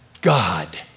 God